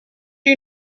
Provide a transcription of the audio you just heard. you